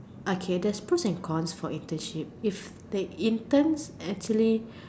okay there's pros and cons for internship if the interns actually